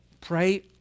Pray